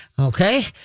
okay